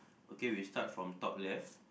okay we start from top left